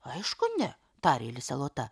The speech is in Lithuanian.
aišku ne tarė lisė lota